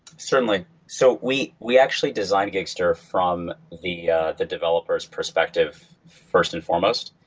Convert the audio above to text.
certainly. so we we actually designed gigster from yeah the developers perspective first and foremost.